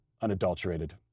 unadulterated